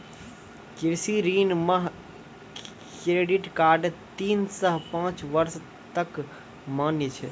कृषि ऋण मह क्रेडित कार्ड तीन सह पाँच बर्ष तक मान्य छै